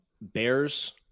Bears